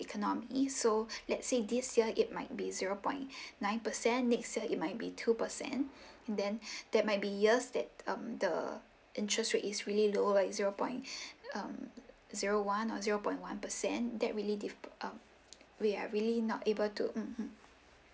economy so let's say this year it might be zero point nine percent next year it might be two percent and then there might be years that um the interest rate is really lower it's zero point um zero one or zero point one percent that really we diff~ um we are really not able to mmhmm